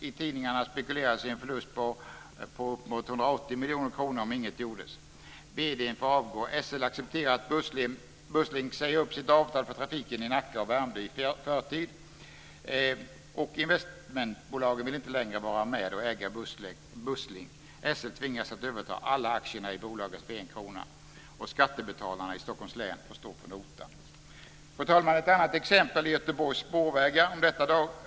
I tidningarna spekulerades det om en förlust på uppemot 180 miljoner kronor om inget gjordes. VD:n fick avgå. SL accepterade att Värmdö i förtid, och investmentbolagen ville inte längre vara med och äga Busslink. SL tvingades att överta alla aktierna i bolaget för 1 kr. Skattebetalarna i Stockholms län får stå för notan. Fru talman! Ett annat exempel är Göteborgs Spårvägar.